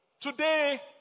Today